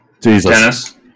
Jesus